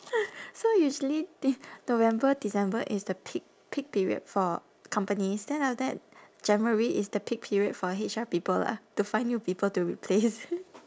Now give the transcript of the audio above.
so usually th~ november december is the peak peak period for companies then after that january is the peak period for H_R people lah to find new people to replace